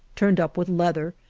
turned up with leather,